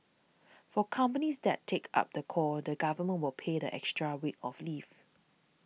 for companies that take up the call the Government will pay the extra week of leave